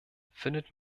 findet